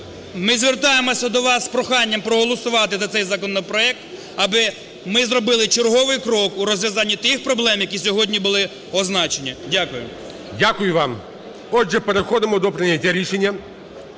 Ми звертаємося до вас з проханням, проголосувати за цей законопроект, аби ми зробили черговий крок у розв'язанні тих проблем, які сьогодні були означені. Дякую. ГОЛОВУЮЧИЙ. Дякую вам. Отже, переходимо до прийняття рішення.